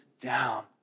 down